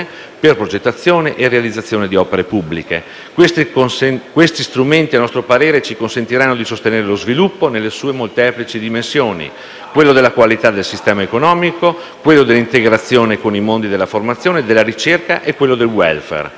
per la progettazione e la realizzazione di opere pubbliche. Questi strumenti, a nostro parere, ci consentiranno di sostenere lo sviluppo nelle sue molteplici dimensioni: la qualità del sistema economico, l'integrazione con i mondi della formazione e della ricerca e il *welfare*.